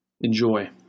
enjoy